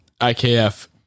IKF